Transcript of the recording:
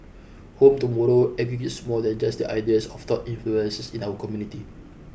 Home Tomorrow aggregates more than just the ideas of thought influences in our community